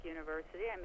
University